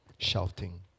Shouting